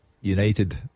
United